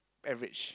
average